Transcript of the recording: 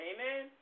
Amen